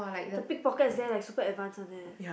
the pickpocket is there like super advanced one leh